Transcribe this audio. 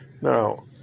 Now